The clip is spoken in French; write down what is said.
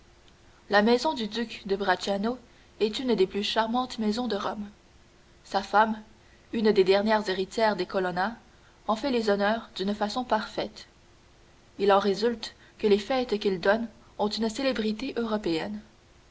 la maison du duc de bracciano est une des plus charmantes maisons de rome sa femme une des dernières héritières des colonna en fait les honneurs d'une façon parfaite il en résulte que les fêtes qu'il donne ont une célébrité européenne